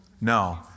No